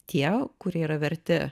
tie kurie yra verti